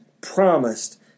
promised